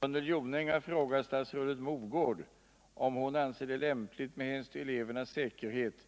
Herr talman! Gunnel Jonäng har frågat statsrådet Mogård om hon anser det lämpligt, med hänsyn till elevernas säkerhet,